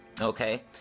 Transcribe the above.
Okay